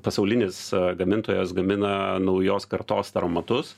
pasaulinis gamintojas gamina naujos kartos taromatus